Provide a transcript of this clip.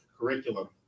curriculum